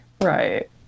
Right